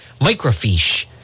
microfiche